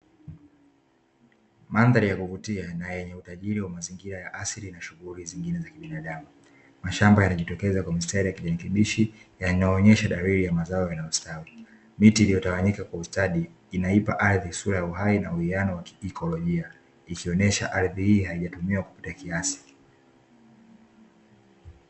Mandhari ya kuvutia na yenye utajiri wa mazingira ya asili na shughuli zingine za kibinadamu, mashamba yanajitokeza kwa mistari ya kijerekebishi yanayoonyesha dalili ya mazao yanayostawi ,miti iliyotawanyika kwa ustadi inaipa ardhi sura ya uhai na uwiano wa kijikolojia, ikionyesha ardhi hii haijatumiwa kupitia kiasi.